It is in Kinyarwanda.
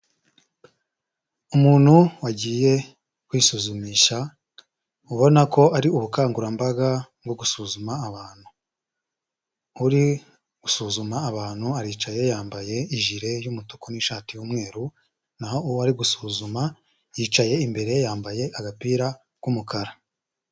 Umuntu wagiye kwisuzumisha, ubona ko ari ubukangurambaga bwo gusuzuma abantu. Uri gusuzuma abantu aricaye yambaye ijire y'umutuku n'ishati y'umweru, naho uwo ari gusuzuma yicaye imbere ye yambaye agapira k'umukara.